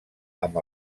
amb